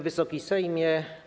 Wysoki Sejmie!